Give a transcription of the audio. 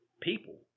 people